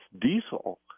diesel